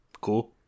Cool